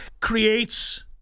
creates